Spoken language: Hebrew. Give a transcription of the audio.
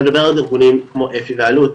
אני מדבר על ארגונים כמו אפ"י ואלו"ט,